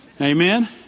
Amen